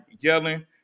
yelling